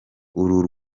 uru